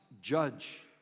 judge